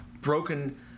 broken